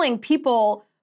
people